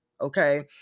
Okay